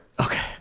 okay